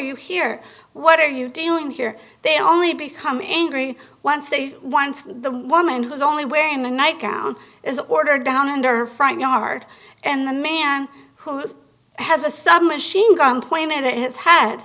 you here what are you doing here they only become angry once they once the woman who was only wearing a nightgown is ordered down under her front yard and the man who has a submachine gun pointed at his head